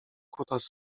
kutas